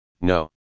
no